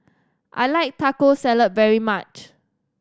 I like Taco Salad very much